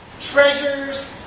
treasures